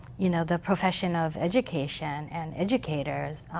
you know the profession of education, and educators,